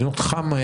מדינות חמ"ע,